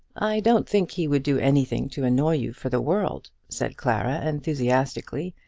i don't think he would do anything to annoy you for the world, said clara, enthusiastically.